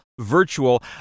virtual